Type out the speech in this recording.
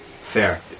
fair